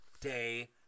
day